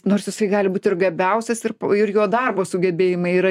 nors jisai gali būt ir gabiausias ir ir jo darbo sugebėjimai yra